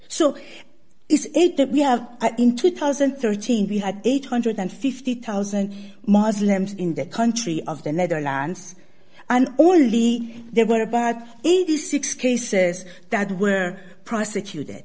so is it that we have in two thousand and thirteen we had eight hundred and fifty thousand moslems in the country of the netherlands and only there were about eighty six cases that were prosecuted